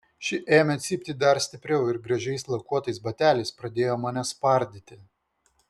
ši ėmė cypti dar stipriau ir gražiais lakuotais bateliais pradėjo mane spardyti